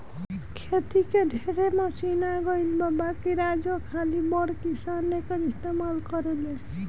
खेती के ढेरे मशीन आ गइल बा बाकिर आजो खाली बड़ किसान एकर इस्तमाल करेले